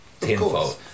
tenfold